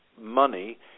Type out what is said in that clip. money